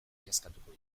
miazkatuko